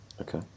Okay